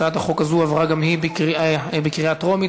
הצעת החוק הזו עברה גם היא בקריאה טרומית,